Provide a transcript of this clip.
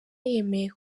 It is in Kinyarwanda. yemeye